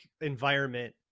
environment